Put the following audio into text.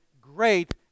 great